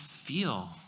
feel